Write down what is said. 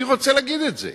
אני רוצה להגיד את זה.